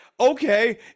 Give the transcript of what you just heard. Okay